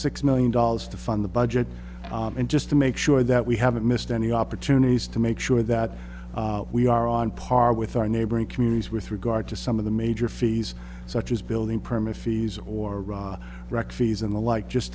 six million dollars to fund the budget and just to make sure that we haven't missed any opportunities to make sure that we are on par with our neighboring communities with regard to some of the major fees such as building permit fees or raw rock fees and the like just